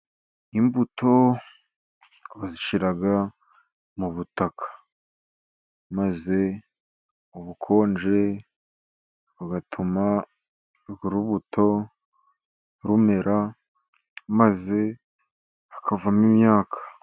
Imbuto bazishyira mu butaka maze ubukonje bugatuma urwo rubuto rumera, maze hakavamo imyaka.